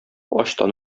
ачтан